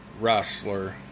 wrestler